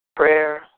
Prayer